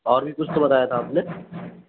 اور بھی کچھ تو بتایا تھا آپ نے